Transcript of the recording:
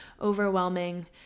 overwhelming